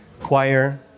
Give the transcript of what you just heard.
choir